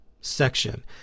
section